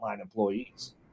employees